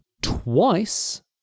twice